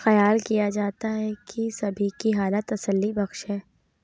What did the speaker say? خیال کیا جاتا ہے کہ سبھی کی حالت تسلی بخش ہے